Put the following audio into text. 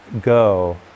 go